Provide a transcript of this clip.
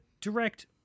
direct